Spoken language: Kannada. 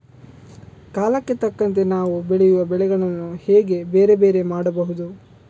ಕಾಲಕ್ಕೆ ತಕ್ಕಂತೆ ನಾವು ಬೆಳೆಯುವ ಬೆಳೆಗಳನ್ನು ಹೇಗೆ ಬೇರೆ ಬೇರೆ ಮಾಡಬಹುದು?